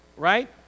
Right